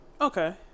okay